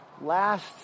last